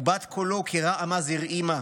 / ובת קולו כרעם אז הרעימה,